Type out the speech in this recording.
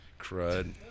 Crud